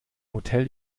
hotel